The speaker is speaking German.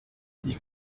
die